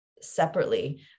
separately